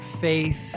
faith